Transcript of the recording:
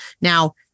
Now